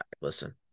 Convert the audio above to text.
Listen